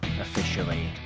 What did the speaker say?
officially